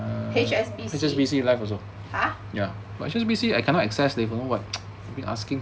!huh! H_S_B_C